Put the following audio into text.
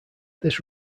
this